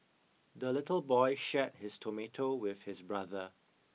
the little boy shared his tomato with his brother